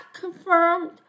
confirmed